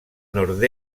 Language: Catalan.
nord